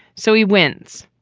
so he wins,